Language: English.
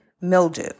mildew